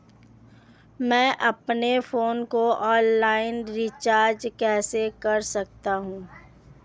मैं अपने फोन को ऑनलाइन रीचार्ज कैसे कर सकता हूं?